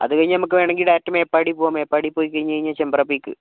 അതുകഴിഞ്ഞ് നമുക്ക് വേണമെങ്കിൽ ഡയറക്ട് മേപ്പാടി പോവാം മേപ്പാടി പോയി കഴിഞ്ഞ് കഴിഞ്ഞാൽ ചെമ്പ്ര പീക്ക്